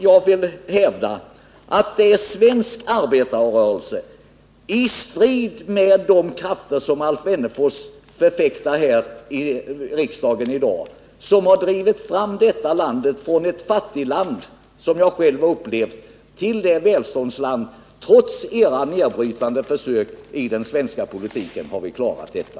Jag vill hävda att svensk arbetarrörelse i strid med de åsikter som Alf Wennerfors förfäktar i riksdagen i dag har drivit fram detta land från ett fattigland, som jag själv har upplevt, till ett välståndsland. Trots era nedbrytande försök i den svenska politiken har vi klarat detta.